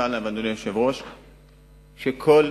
חבר